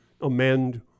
amend